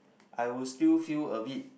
I would still feel a bit